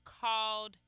called